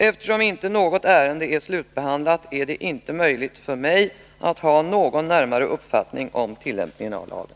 Eftersom inte något ärende är slutbehandlat är det inte möjligt för mig att ha någon närmare uppfattning om tillämpningen av lagen.